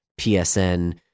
PSN